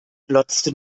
glotzte